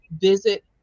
visit